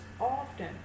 often